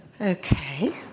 Okay